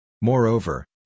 Moreover